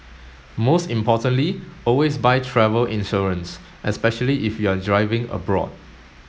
most importantly always buy travel insurance especially if you're driving abroad